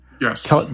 Yes